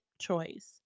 choice